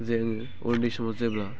जोङो उन्दै समाव जेब्ला